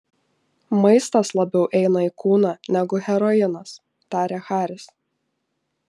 maistas labiau eina į kūną negu heroinas tarė haris